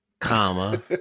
Comma